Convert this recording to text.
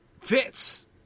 fits